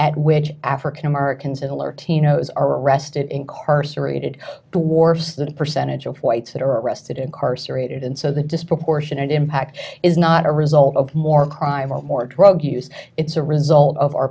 at which african americans and latinos are arrested incarcerated the war so the percentage of whites that are arrested incarcerated and so the disproportionate impact is not a result of more crime report drug use it's a result of our